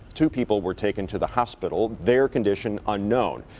two people were taken to the hospital. their condition unknown.